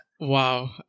Wow